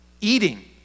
eating